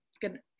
good